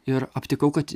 ir aptikau kad